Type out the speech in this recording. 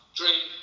dream